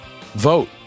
Vote